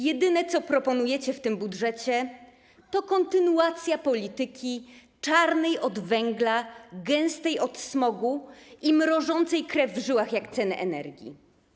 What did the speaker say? Jedyne, co proponujecie w tym budżecie, to kontynuacja polityki czarnej od węgla, gęstej od smogu i mrożącej krew w żyłach jak ceny energii.